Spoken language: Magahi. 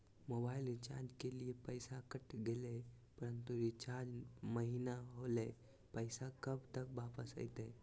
मोबाइल रिचार्ज के लिए पैसा कट गेलैय परंतु रिचार्ज महिना होलैय, पैसा कब तक वापस आयते?